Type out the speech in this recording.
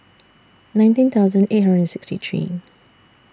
nineteen thousand eight hundred and sixty three